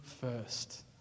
first